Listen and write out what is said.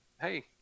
hey